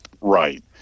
Right